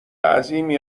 عظیمی